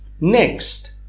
Next